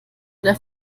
oder